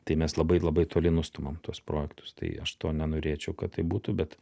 tai mes labai labai toli nustumam tuos projektus tai aš to nenorėčiau kad taip būtų bet